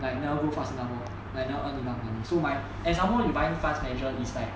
like never go fast enough lor like never earn enough money so like example you buy funds manager is like